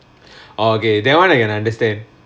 orh okay that [one] I can understand